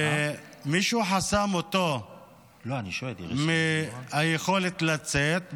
מישהו חסם אותו מהיכולת לצאת,